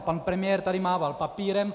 Pan premiér tady mával papírem.